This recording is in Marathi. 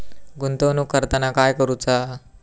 गुंतवणूक करताना काय करुचा?